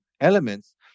elements